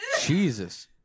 Jesus